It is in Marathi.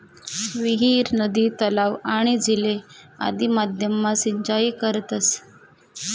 विहीर, नदी, तलाव, आणि झीले आदि माध्यम मा सिंचाई करतस